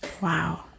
wow